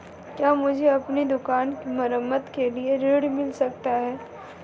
क्या मुझे अपनी दुकान की मरम्मत के लिए ऋण मिल सकता है?